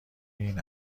این